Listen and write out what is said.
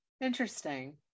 Interesting